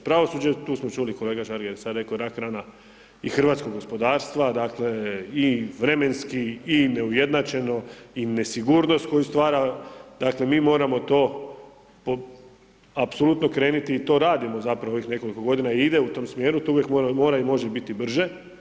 Pravosuđe, tu smo čuli, kolega Žagar je sad rekao rak rana i hrvatskog gospodarstva i vremenski i neujednačeno i nesigurnost koju stvara, dakle mi moramo to po apsolutno krenuti i to radimo zapravo već nekoliko godina i ide u tom smjeru, to uvijek mora i može biti brže.